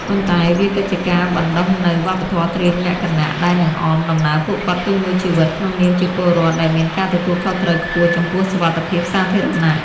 ប៉ុន្តែវាក៏ជាការបណ្ដុះនូវ វប្បធម៌ត្រៀមលក្ខណៈ ដែលនឹងអមដំណើរពួកគាត់ពេញមួយជីវិត ក្នុងនាមជាពលរដ្ឋដែលមានការទទួលខុសត្រូវខ្ពស់ចំពោះសុវត្ថិភាពសាធារណៈ។